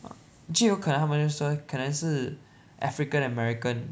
就有可能他们就说可能是 african american